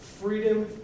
Freedom